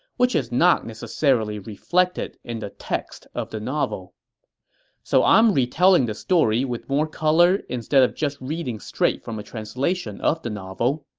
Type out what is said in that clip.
which is not necessarily reflected in the text of the novel so i'm retelling the story with more color instead of just reading straight from a translation of the novel.